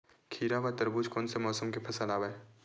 खीरा व तरबुज कोन से मौसम के फसल आवेय?